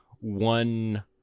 one